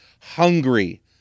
hungry